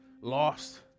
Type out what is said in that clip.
lost